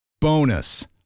Bonus